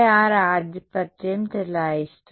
1r ఆధిపత్యం చెలాయిస్తుంది